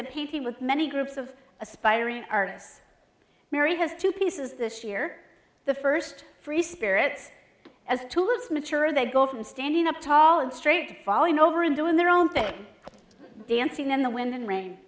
and painting with many groups of aspiring artists mary has two pieces this year the first free spirits as tools mature they go from standing up tall and straight to falling over and doing their own thing dancing in the wind and rain